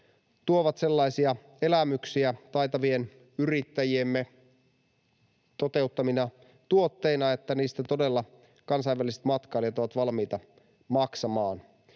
tuovat sellaisia elämyksiä taitavien yrittäjiemme toteuttamina tuotteina, että niistä kansainväliset matkailijat todella ovat valmiita maksamaan.